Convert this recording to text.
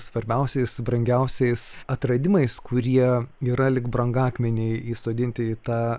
svarbiausiais brangiausiais atradimais kurie yra lyg brangakmeniai įsodinti į tą